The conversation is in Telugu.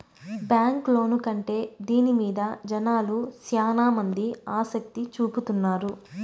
బ్యాంక్ లోను కంటే దీని మీద జనాలు శ్యానా మంది ఆసక్తి చూపుతున్నారు